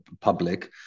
public